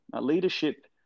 Leadership